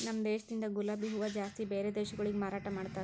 ನಮ ದೇಶದಿಂದ್ ಗುಲಾಬಿ ಹೂವ ಜಾಸ್ತಿ ಬ್ಯಾರೆ ದೇಶಗೊಳಿಗೆ ಮಾರಾಟ ಮಾಡ್ತಾರ್